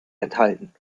enthalten